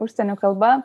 užsienio kalba